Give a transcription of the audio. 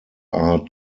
are